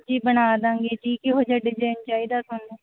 ਜੀ ਬਣਾ ਦਵਾਂਗੇ ਜੀ ਕਿਹੋ ਜਿਹਾ ਡਿਜ਼ਾਇਨ ਚਾਹੀਦਾ ਤੁਹਾਨੂੰ